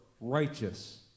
righteous